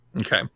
Okay